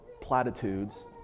platitudes